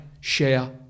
share